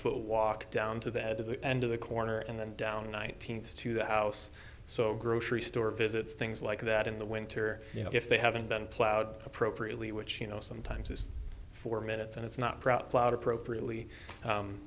foot walk down to the end of the end of the corner and then down nineteenth to the house so grocery store visits things like that in the winter you know if they haven't been plowed appropriately which you know sometimes it's four minutes and it's not drought plowed appropriately